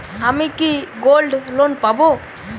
আমি কি gold loan পাবো?